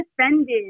offended